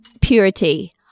purity